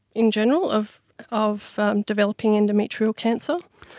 in general of of developing endometrial cancer.